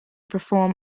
perform